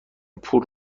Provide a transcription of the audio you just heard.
پول